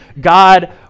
God